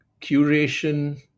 curation